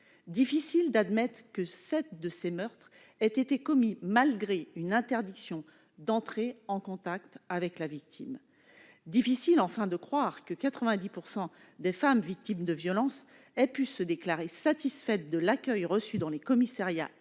Difficile d'admettre que 7 de ces meurtres aient été commis malgré une interdiction d'entrer en contact avec la victime. Difficile, enfin, de croire que 90 % des femmes victimes de violences aient pu se déclarer satisfaites de l'accueil reçu dans les commissariats et gendarmeries, selon